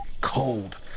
Cold